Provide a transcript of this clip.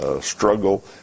struggle